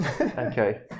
okay